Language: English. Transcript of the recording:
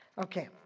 Okay